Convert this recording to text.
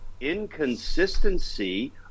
inconsistency